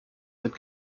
sind